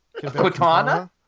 katana